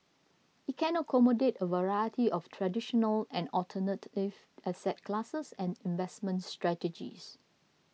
it can accommodate a variety of traditional and alternative asset classes and investment strategies